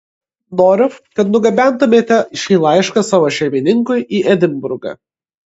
noriu kad nugabentumėte šį laišką savo šeimininkui į edinburgą